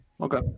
Okay